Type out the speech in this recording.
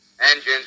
Engines